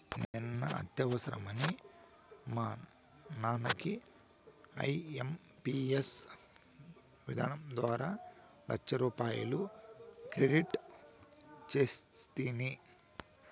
నిన్న అత్యవసరమని మా నాన్నకి ఐఎంపియస్ విధానం ద్వారా లచ్చరూపాయలు క్రెడిట్ సేస్తిని